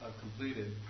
completed